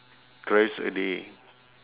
thrice a day